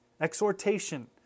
exhortation